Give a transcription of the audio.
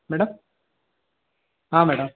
madam ಹಾಂ madam